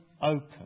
open